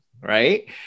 right